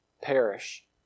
perish